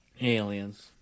Aliens